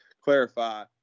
clarify